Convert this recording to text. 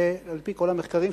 על-פי כל המחקרים,